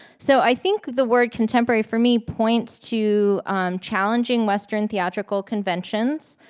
so i think the word contemporary for me points to challenging western theatrical conventions.